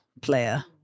player